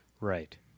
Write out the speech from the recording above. Right